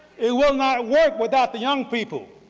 it will not work without the young people.